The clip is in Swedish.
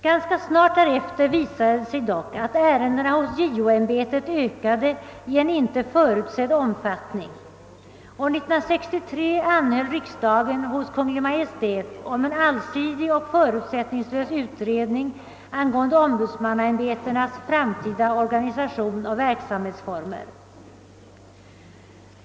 Ganska snart efter reformens genomförande visade det sig dock att ärendena hos JO-ämbetet ökade i en inte förutsedd omfattning. År 1963 anhöll riksdagen hos Kungl. Maj:t om en allsidig och förutsättningslös utredning angående ombudsmannaämbetenas framtida organisation och verksamhetsformer.